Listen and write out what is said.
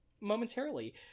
momentarily